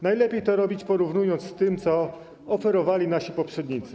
Najlepiej to robić, porównując ją z tym, co oferowali nasi poprzednicy.